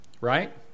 right